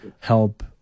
help